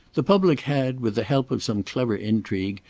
the public had, with the help of some clever intrigue,